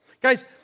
Guys